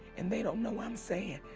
and they don't know why i'm saying,